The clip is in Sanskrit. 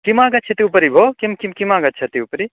किम् आगच्छति उपरि भोः किं किं किम् आगच्छति उपरि